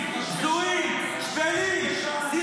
סרבנים בזויים, שפלים.